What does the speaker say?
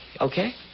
okay